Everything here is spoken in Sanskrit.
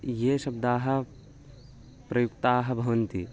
ये शब्दाः प्रयुक्ताः भवन्ति